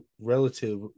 relative